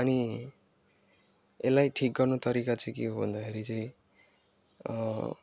अनि यसलाई ठिक गर्नु तरिका चाहिँ के हो भन्दाखेरि चाहिँ